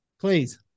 Please